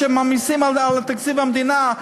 שמעמיסים על תקציב המדינה.